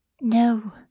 No